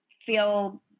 feel